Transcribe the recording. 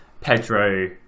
Pedro